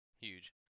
Huge